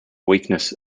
weakness